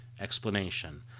explanation